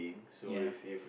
ya